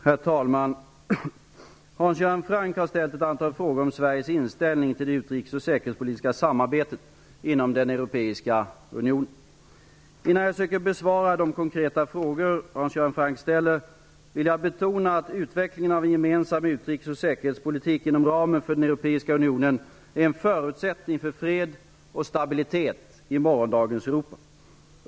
Herr talman! Hans Göran Franck har ställt ett antal frågor om Sveriges inställning till det utrikes och säkerhetspolitiska samarbetet inom den europeiska unionen. Innan jag söker besvara de konkreta frågor Hans Göran Franck ställer vill jag betona att utvecklingen av en gemensam utrikes och säkerhetspolitik inom ramen för den europeiska unionen är en förutsättning för fred och stabilitet i morgondagens Europa.